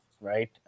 right